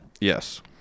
Yes